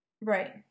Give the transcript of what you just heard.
Right